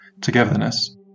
togetherness